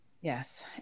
Yes